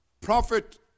prophet